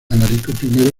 alarico